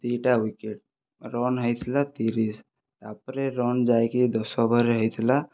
ଦୁଇଟା wicket run ହୋଇଥିଲା ତିରିଶ ତା'ପରେ ରନ ଯାଇକି ଦଶ ଓଭରରେ ହୋଇଥିଲା